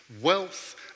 Wealth